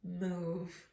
move